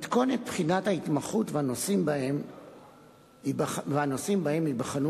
מתכונת בחינת ההתמחות והנושאים שבהם ייבחנו